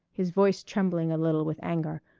his voice trembling a little with anger.